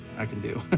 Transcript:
i can do.